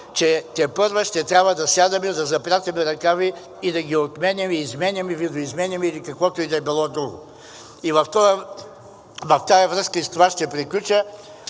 че тепърва ще трябва да сядаме, да запретваме ръкави и да ги отменяме, изменяме, видоизменяме или каквото и да е било друго. В тази връзка – и с това ще приключа,